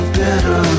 better